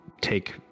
take